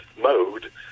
mode